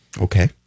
Okay